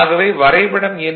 ஆகவே வரைபடம் எண்